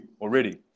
already